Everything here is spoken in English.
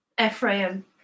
Ephraim